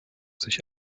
sich